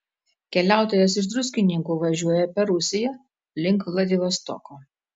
keliautojas iš druskininkų važiuoja per rusiją link vladivostoko